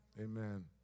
amen